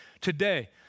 today